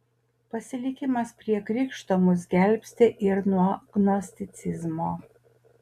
pasilikimas prie krikšto mus gelbsti ir nuo gnosticizmo